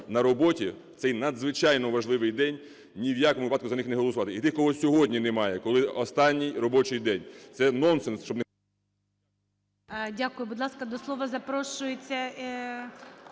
на роботі, в цей надзвичайно важливий день, ні в якому випадку за них не голосувати. І тих, кого сьогодні немає, коли останній робочий день. Це нонсенс,